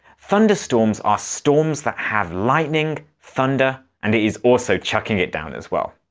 thunderstorms are storms that have lightning, thunder and it is also chucking it down as well.